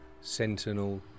Sentinel